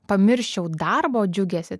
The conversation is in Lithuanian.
pamirščiau darbo džiugesį